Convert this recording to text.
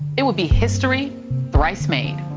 it would be history thrice made.